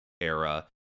era